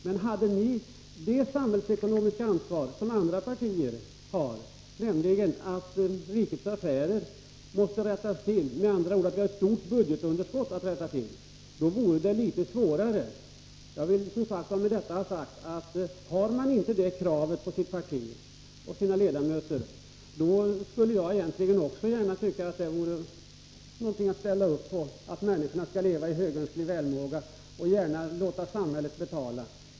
Men hade ni det samhällsekonomiska ansvar som andra partier har för att rikets affärer måste ordnas — vi har ju ett stort budgetunderskott att rätta till — vore det litet svårare. Hade man inte detta krav på sitt parti och dess ledamöter, skulle också jag ställa upp på kravet att människorna skall leva i högönsklig välmåga och låta samhället betala.